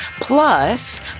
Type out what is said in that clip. Plus